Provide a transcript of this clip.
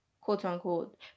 quote-unquote